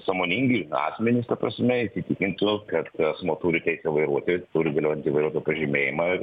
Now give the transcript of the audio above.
sąmoningai asmenys ta prasme įsitikintų kad asmuo turi teisę vairuoti turi galiojantį vairuotojo pažymėjimą